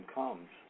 comes